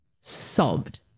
sobbed